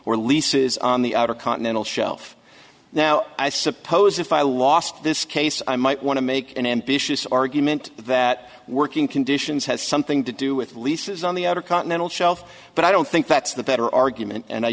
or leases on the outer continental shelf now i suppose if i lost this case i might want to make an ambitious argument that working conditions has something to do with leases on the outer continental shelf but i don't think that's the better argument and i